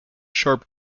sharp